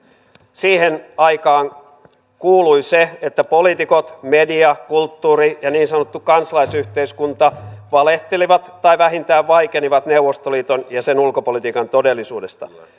siihen aikaan kuului se että poliitikot media kulttuuri ja niin sanottu kansalaisyhteiskunta valehtelivat tai vähintään vaikenivat neuvostoliiton ja sen ulkopolitiikan todellisuudesta